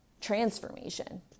transformation